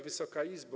Wysoka Izbo!